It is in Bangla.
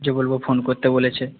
যে বলব ফোন করতে বলেছে